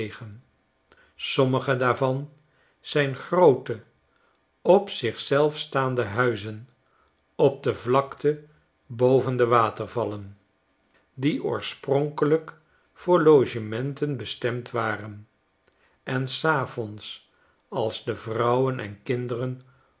sommige daarvan zijn groote op zichzelf staande huizen op de vlakte boven de watervallen die oorspronkelyk voor logementen bestemd waren en s avonds als de vrouwen en kinderen